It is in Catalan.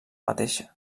mateixa